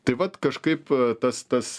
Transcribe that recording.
tai vat kažkaip tas tas